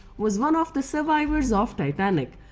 was one of the survivors of titanic.